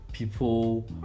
people